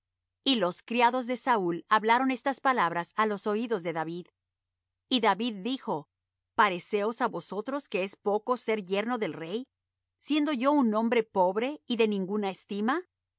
y los criados de saúl hablaron estas palabras á los oídos de david y david dijo paréceos á vosotros que es poco ser yerno del rey siendo yo un hombre pobre y de ninguna estima